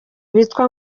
bitwa